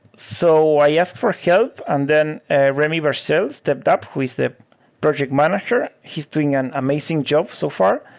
so i asked for help and then remi verschelde so stepped up, who is the product manager. he's doing an amazing job so far.